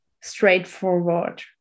straightforward